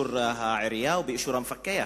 באישור העירייה ובאישור המפקח,